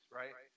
right